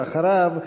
ואחריו,